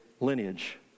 lineage